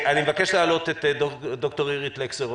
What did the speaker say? אני מבקש להעלות את ד"ר אירית לקסר,